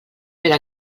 però